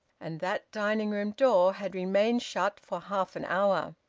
and that dining-room door had remained shut for half an hour.